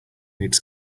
needs